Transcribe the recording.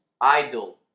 idle